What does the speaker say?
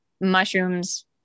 mushrooms